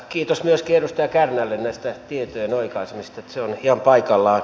kiitos myöskin edustaja kärnälle tietojen oikaisemisesta se on ihan paikallaan